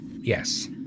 Yes